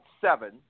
seven